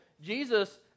Jesus